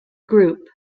group